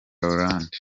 rolland